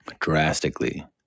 drastically